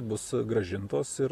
bus grąžintos ir